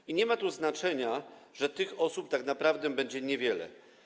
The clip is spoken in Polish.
I nie ma tu znaczenia, że tych osób tak naprawdę będzie niewiele.